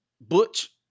Butch